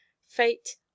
fate